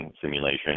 simulation